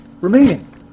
remaining